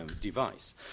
device